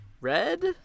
Red